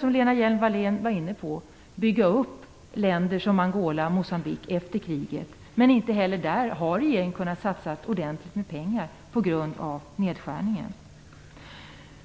Som Lena Hjelm-Wallén sade behöver vi bygga upp länder som Angola och Moçambique efter kriget, men inte heller där har regeringen kunnat satsa ordentligt med pengar på grund av nedskärningen.